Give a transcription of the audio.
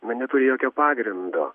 na neturi jokio pagrindo